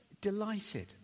delighted